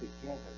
together